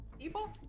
people